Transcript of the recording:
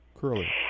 curly